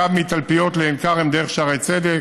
קו מתלפיות לעין כרם דרך שערי צדק,